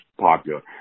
popular